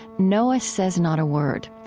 noah says not a word.